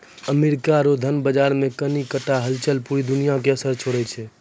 America रो धन बाजार मे कनी टा हलचल पूरा दुनिया मे असर छोड़ै छै